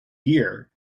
here